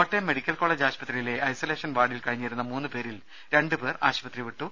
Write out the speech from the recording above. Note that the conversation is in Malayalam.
കോട്ടയം മെഡിക്കൽ കോളജ് ആശുപത്രിയിലെ ഐസൊലേഷൻ വാർഡിൽ കഴിഞ്ഞിരുന്ന മൂന്നുപേരിൽ രണ്ടു പേർ ആശുപത്രി വിട്ടു